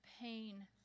pain